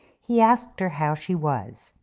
he asked her how she was,